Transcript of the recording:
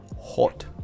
hot